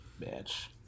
bitch